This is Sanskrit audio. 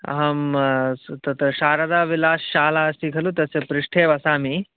अहं तत् शारदाविलासशाला अस्ति खलु तस्य पृष्ठे वसामि